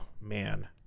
man